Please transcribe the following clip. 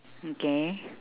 okay